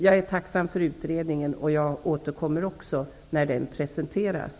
Jag är tacksam för utredningen. Också jag återkommer när den presenteras.